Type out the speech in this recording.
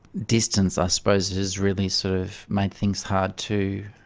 distance i suppose has really sort of made things hard to